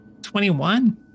21